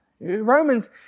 Romans